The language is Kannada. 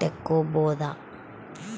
ತೆಕ್ಕೊಬೋದು